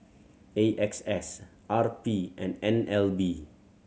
A X S R P and N L B